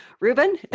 Ruben